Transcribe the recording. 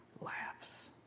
laughs